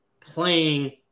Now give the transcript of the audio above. playing